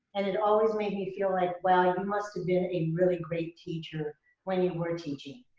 and it always made me feel like, wow, you must have been a really great teacher when you were teaching.